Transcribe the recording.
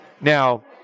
Now